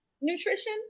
nutrition